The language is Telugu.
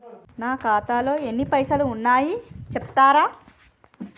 నా ఖాతాలో ఎన్ని పైసలు ఉన్నాయి చెప్తరా?